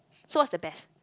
so what's the best